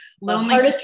lonely